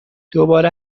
دوباره